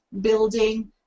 building